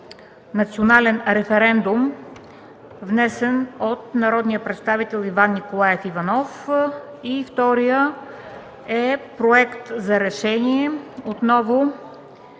национален референдум, внесен от народния представител Иван Николаев Иванов. Вторият проект е за решение за